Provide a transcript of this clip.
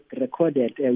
recorded